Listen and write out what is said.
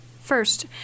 first